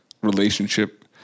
relationship